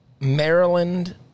Maryland